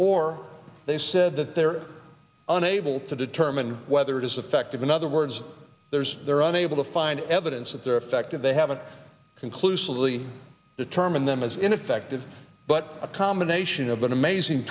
or they said that they are unable to determine whether it is affective in other words there's there are unable to find evidence of their effect and they haven't conclusively determine them as ineffective but a combination of an amazing